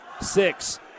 six